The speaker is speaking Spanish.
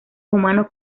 humanos